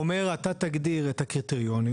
הוא אומר אתה תגדיר את הקריטריונים,